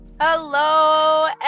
Hello